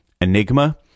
Enigma